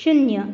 शुन्य